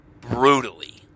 brutally